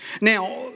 Now